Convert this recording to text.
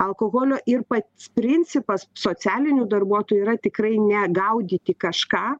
alkoholio ir pats principas socialinių darbuotojų yra tikrai ne gaudyti kažką